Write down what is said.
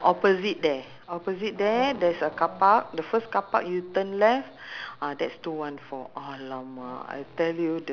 the one using the actual pork ah yes pork bone so I don't know what she add of course that's her secret in~ ingredient ah